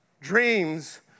dreams